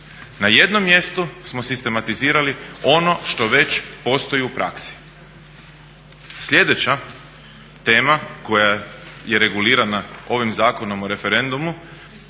Na jednom mjestu smo sistematizirali ono što već postoji u praksi. Sljedeća tema koja je regulirana ovim Zakonom o referendumu,